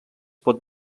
pot